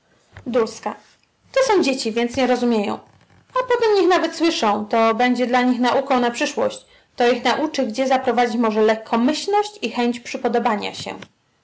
dawać to są dzieci więc nie rozumieją a potem niech nawet słyszą to będzie dla nich nauką na przyszłość to ich nauczy gdzie zaprowadzić może lekkomyślność i chęć przypodobania się